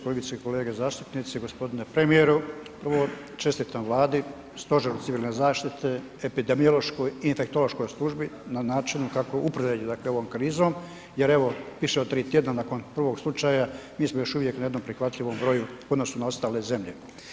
Kolegice i kolege zastupnici, gospodine premijeru, prvo čestitam Vladi, stožeru civilne zaštite, epidemiološkoj i infektološkoj službi na načinu kako upravljaju dakle ovom krizom evo više od 3 tjedna nakon prvog slučaja mi smo još uvijek na jednom prihvatljivom broju u odnosu na ostale zemlje.